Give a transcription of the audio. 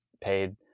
paid